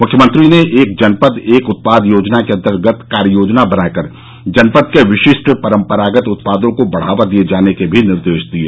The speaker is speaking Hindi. मुख्यमंत्री ने एक जनपद एक उत्पाद योजना के अन्तर्गत कार्य योजना बनाकर जनपद के विशिष्ट परम्परागत उत्पादों को बढ़ावा दिये जाने के भी निर्देश भी दिये